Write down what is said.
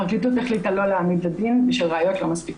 הפרקליטות החליטה לא להעמיד לדין בשל ראיות לא מספיקות."